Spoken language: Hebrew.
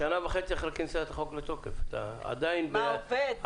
אנחנו שנה וחצי אחרי כניסת החוק לתוקף ואתה עדיין בהתארגנויות.